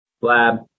Lab